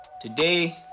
Today